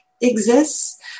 exists